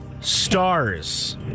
Stars